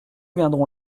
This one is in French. viendront